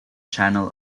channel